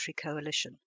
coalition